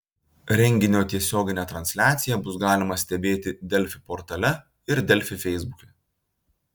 renginio tiesioginę transliaciją bus galima stebėti delfi portale ir delfi feisbuke